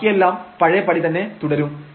ബാക്കിയെല്ലാം പഴയപടി തന്നെ തുടരും